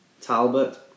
Talbot